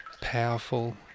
powerful